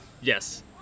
Yes